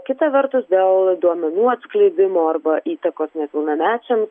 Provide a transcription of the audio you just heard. kita vertus dėl duomenų atskleidimo arba įtakos nepilnamečiams